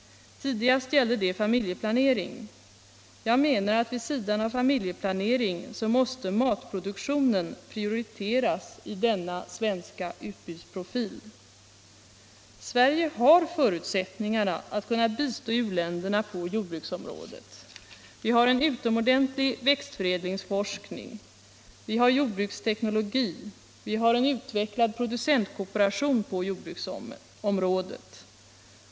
Tidigast gällde det familjeplanering. Jag menar att vid sidan av familjeplanering måste matproduktionen prioriteras i denna svenska ”utbudsprofil”. Sverige har förutsättningarna att kunna bistå u-länderna på jordbruksområdet. Vi har en utomordentlig växtförädlingsforskning. Vi har jordbruksteknologi. Vi har en utvecklad producentkooperation på jordbruksområdet.